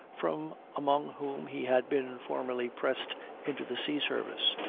from among whom he had been formerly pressed into the sea-service,